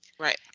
Right